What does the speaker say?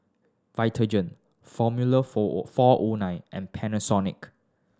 Vitagen Formula Four Four O Nine and Panasonic